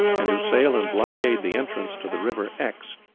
and to sail and blockade the entrance to the river exe,